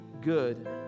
good